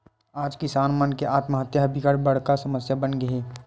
आज किसान मन के आत्महत्या ह बिकट बड़का समस्या बनगे हे